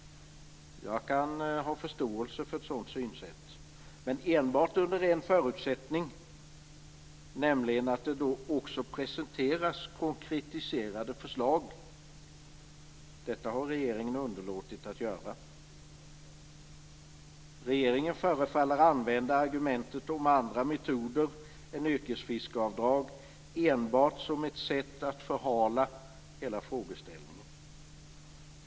Jag kan ha förståelse för ett sådant synsätt, men enbart under en förutsättning, nämligen att det då också presenteras konkretiserade förslag. Detta har regeringen underlåtit att göra. Regeringen förefaller använda argumentet om andra metoder än yrkesfiskeavdrag enbart som ett sätt att förhala hela frågeställningen.